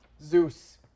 Zeus